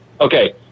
Okay